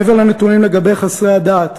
מעבר לנתונים לגבי חסרי הדת,